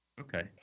Okay